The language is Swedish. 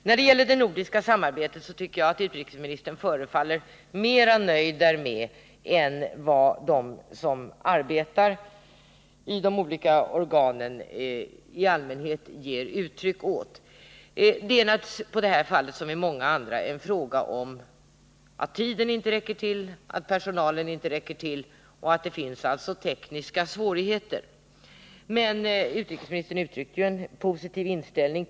När det gäller det nordiska samarbetet förefaller utrikesministern att vara mera nöjd än de som arbetar vid de olika organen. I det fallet som i så många andra fall är det naturligtvis en fråga om att tiden inte räcker till, att pesonalen inte räcker till och att det finns tekniska svårigheter. Men utrikesministern ger här uttryck för en positiv inställning.